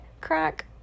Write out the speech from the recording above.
crack